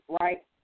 right